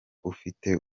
ufite